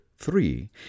three